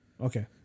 Okay